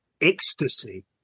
Ecstasy